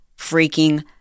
freaking